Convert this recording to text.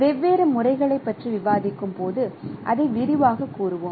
வெவ்வேறு முறைகளைப் பற்றி விவாதிக்கும்போது அதை விரிவாகக் கூறுவோம்